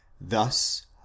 thus